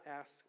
ask